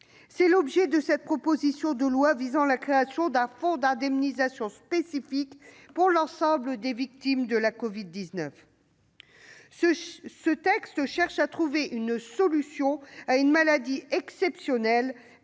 C'est l'objet de cette proposition de loi créant un fonds d'indemnisation spécifique pour l'ensemble des victimes de la Covid-19. Ce texte vise à trouver une solution face à une situation exceptionnelle,